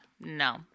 no